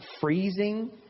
freezing